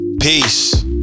peace